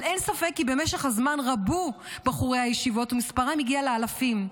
אבל אין ספק כי במשך הזמן רבו בחורי הישיבות ומספרם הגיע לאלפים.